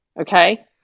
Okay